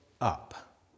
up